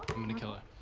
i'm going to kill her.